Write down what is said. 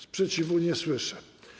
Sprzeciwu nie słyszę.